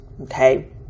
Okay